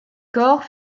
corps